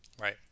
Right